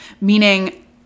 Meaning